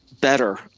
better